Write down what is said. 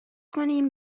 کنیم